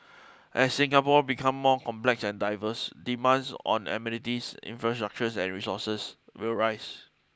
as Singapore become more complex and diverse demands on amenities infrastructures and resources will rise